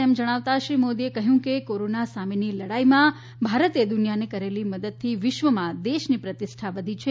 તેમ જણાવતા શ્રી મોદીએ કહ્યું કે કોરોના સામેની લડાઇમાં ભારતે દુનિયાને કરેલી મદદથી વિશ્વમાં દેશની પ્રતિષ્ઠા વધી છે